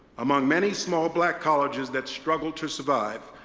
among many small black colleges that struggle to survive,